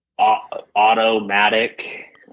automatic